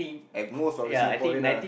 at most of the Singaporeans ah